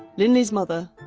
linley's mother,